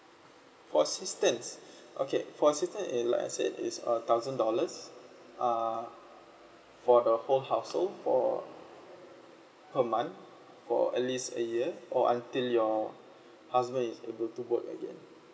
for assistance okay for assistance eh like I said is a thousand dollars uh for the whole household for per month for at least a year or until your husband is able to work again